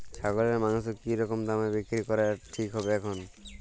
ছাগলের মাংস কী রকম দামে বিক্রি করা ঠিক হবে এখন?